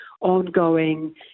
ongoing